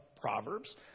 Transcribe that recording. Proverbs